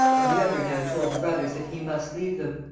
and the other now told the brothers that he must leave them.